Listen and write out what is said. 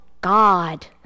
God